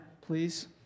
please